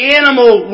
animal